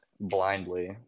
blindly